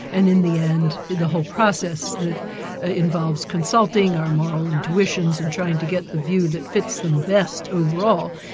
and in the end the whole process that involves consulting our moral intuitions and trying to get the view that fits them best overall,